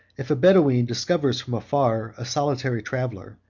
if a bedoween discovers from afar a solitary traveller,